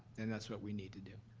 then that's what we need to do.